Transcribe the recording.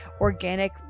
organic